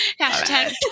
Hashtag